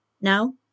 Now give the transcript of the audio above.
Now